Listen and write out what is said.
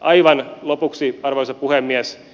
aivan lopuksi arvoisa puhemies